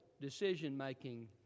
decision-making